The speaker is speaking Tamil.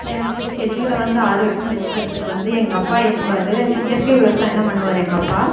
எனக்கு செடிகளை வந்து ஆரோக்கியமாக வைச்சிக்கறதுக்கு வந்து எங்கள் அப்பா என்னம்பாரு இயற்கை விவசாயம் தான் பண்ணுவார் எங்கள் அப்பா